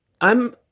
I'm-